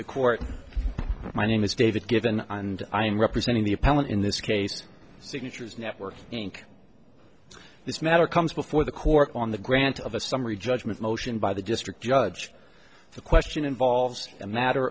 the court my name is david given and i'm representing the appellant in this case signatures network inc this matter comes before the court on the grant of a summary judgment motion by the district judge the question involves a matter